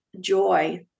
joy